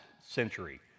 century